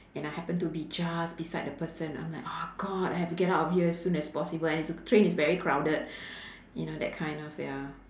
and I happened to be just beside the person I'm like oh god I have to get out of here as soon as possible and it's the train is very crowded you know that kind of ya